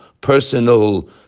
personal